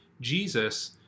Jesus